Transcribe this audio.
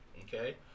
okay